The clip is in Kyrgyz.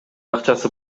акчасы